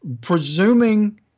Presuming